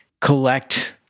collect